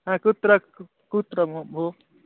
हा कुत्र कुत्र भोः भोः